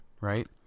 right